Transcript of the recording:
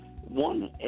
One